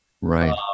right